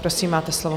Prosím, máte slovo.